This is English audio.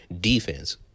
Defense